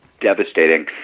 devastating